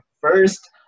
first